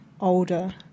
older